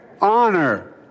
honor